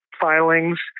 filings